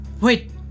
wait